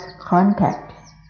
contact